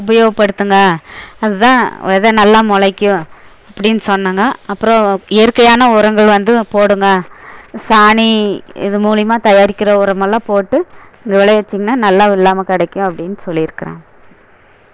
உபயோப்படுத்துங்க அதுதான் வித நல்லா முளைக்கும் அப்படின்னு சொன்னேங்க அப்புறம் இயற்கையான உரங்கள் வந்து போடுங்க சாணி இது மூலியமாக தயாரிக்கிற உரமெல்லாம் போட்டு நீங்கள் விளைய வச்சிங்கன்னா நல்லா வெள்ளாமை கிடைக்கும் அப்படின்னு சொல்லியிருக்கிறேங்க